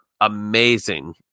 amazing